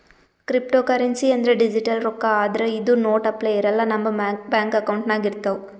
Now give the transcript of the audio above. cryptocurrency ಅಂದ್ರ digital ರೊಕ್ಕಾ ಆದ್ರ್ ಇದು ನೋಟ್ ಅಪ್ಲೆ ಇರಲ್ಲ ನಮ್ ಬ್ಯಾಂಕ್ ಅಕೌಂಟ್ನಾಗ್ ಇರ್ತವ್